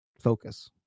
focus